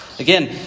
Again